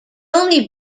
only